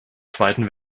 zweiten